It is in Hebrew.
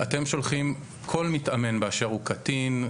אתם שולחים כל מתאמן באשר הוא קטין,